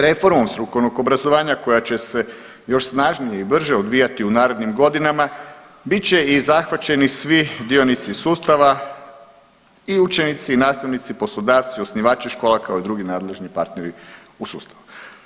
Reformom strukovnog obrazovanja koja će se još snažnije i brže odvijati u narednim godinama bit će i zahvaćeni svi dionici sustava i učenici i nastavnici, poslodavci, osnivači škola kao i drugi nadležni partneri u sustavu.